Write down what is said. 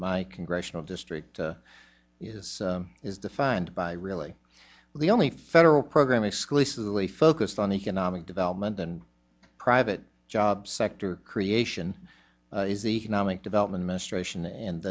my congressional district is is defined by really the only federal program exclusively focused on economic development and private job sector creation is economic development